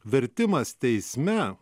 vertimas teisme